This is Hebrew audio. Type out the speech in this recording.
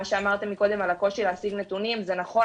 מה שאמרתם קודם על הקושי להשיג נתונים זה נכון,